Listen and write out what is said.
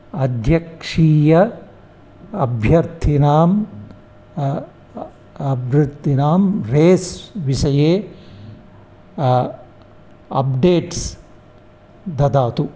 अध्यक्षीयं अभ्यर्थिनां अभ्यर्थिनां रेस् विषये अप्डेट्स् ददातु